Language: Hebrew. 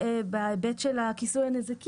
ובמועד ובגלל זה עבודת הממשלה מעוכבת.